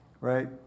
right